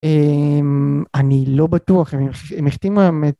אני לא בטוח אם החתימו האמת